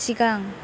सिगां